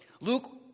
Luke